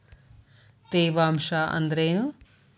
ತೇವಾಂಶ ಅಂದ್ರೇನು?